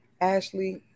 Ashley